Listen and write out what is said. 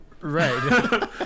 Right